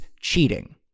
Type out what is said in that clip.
cheating